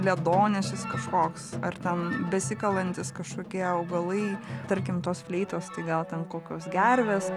ledonešis kažkoks ar ten besikalantys kažkokie augalai tarkim tos fleitos tai gal ten kokios gervės